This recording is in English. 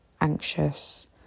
anxious